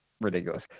ridiculous